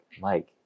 mike